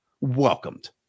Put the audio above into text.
welcomed